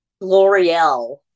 L'Oreal